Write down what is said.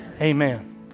amen